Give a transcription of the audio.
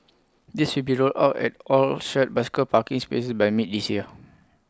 these will be rolled out at all shared bicycle parking spaces by mid this year